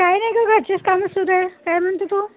काय नाही ग घरचीच कामं सुरू काय म्हणते तू